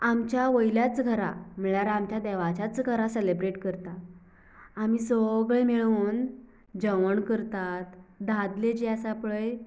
आमच्या वयल्याच घरां म्हणल्यार आमच्या देवाच्याच घरां सेलिब्रेट करता आमी सगळें मेळून जेवण करतात दादले जे आसात पळय